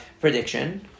prediction